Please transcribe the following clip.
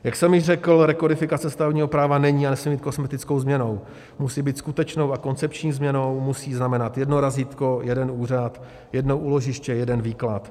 Jak jsem již řekl, rekodifikace stavebního práva není a nesmí být kosmetickou změnou, musí být skutečnou a koncepční změnou, musí znamenat jedno razítko, jeden úřad, jedno úložiště, jeden výklad.